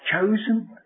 chosen